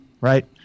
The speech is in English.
right